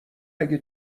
اگه